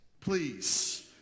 Please